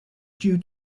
due